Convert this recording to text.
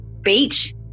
beach